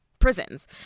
prisons